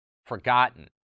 Forgotten